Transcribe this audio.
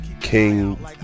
King